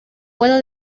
puedo